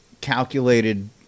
calculated